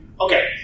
Okay